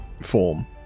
form